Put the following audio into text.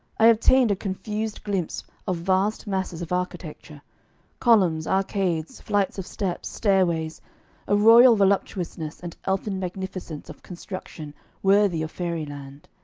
i obtained a confused glimpse of vast masses of architecture columns, arcades, flights of steps, stairways a royal voluptuousness and elfin magnificence of construction worthy of fairyland.